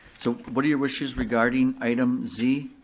so what are your wishes regarding item z?